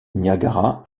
niagara